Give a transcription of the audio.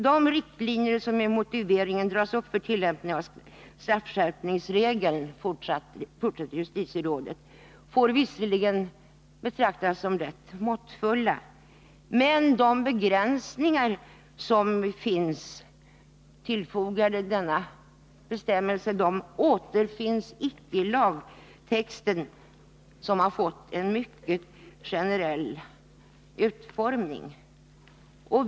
De riktlinjer som i motiveringen dras upp för tillämpningen av straffskärpningsregeln får visserligen, fortsätter justitierådet, anses vara måttfulla, men de begränsningar som angivits återfinns icke i lagtexten, som har fått en mycket generell utformning.